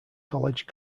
college